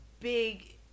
big